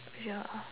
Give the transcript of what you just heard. ya